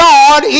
God